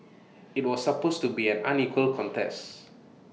IT was supposed to be an unequal contests